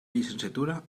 llicenciatura